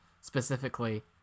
specifically